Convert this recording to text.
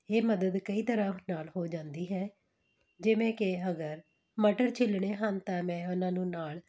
ਇਹ ਮਦਦ ਕਈ ਤਰ੍ਹਾਂ ਨਾਲ ਹੋ ਜਾਂਦੀ ਹੈ ਜਿਵੇਂ ਕਿ ਅਗਰ ਮਟਰ ਛਿੱਲਣੇ ਹਨ ਤਾਂ ਮੈਂ ਉਹਨਾਂ ਨੂੰ ਨਾਲ